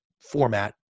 format